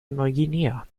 neuguinea